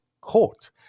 court